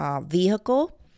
vehicle